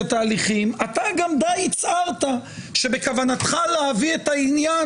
אתה גם די הצהרת שבכוונתך להביא את העניין